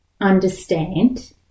understand